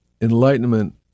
enlightenment